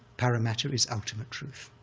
paramattha is ultimate truth.